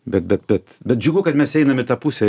bet bet bet bet džiugu kad mes einam į tą pusę